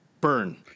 burn